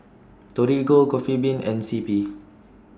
Torigo Coffee Bean and C P